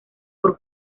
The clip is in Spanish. por